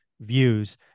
views